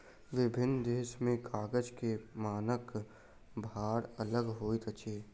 विभिन्न देश में कागज के मानक भार अलग होइत अछि